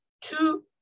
Two